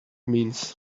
means